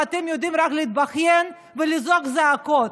ואתם יודעים רק להתבכיין ולזעוק זעקות.